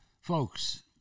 Folks